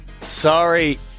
Sorry